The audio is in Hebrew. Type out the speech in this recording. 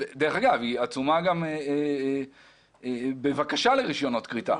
היא גם עצומה בבקשה לרישיונות כריתה.